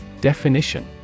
Definition